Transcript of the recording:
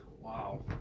Wow